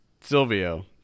Silvio